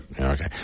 Okay